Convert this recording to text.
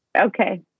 Okay